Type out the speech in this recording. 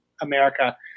America